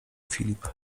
filip